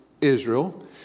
Israel